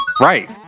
Right